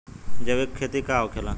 जैविक खेती का होखेला?